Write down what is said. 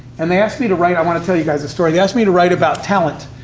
and they asked me to write i want to tell you guys a story they asked me to write about talent,